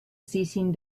seizing